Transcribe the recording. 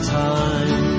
time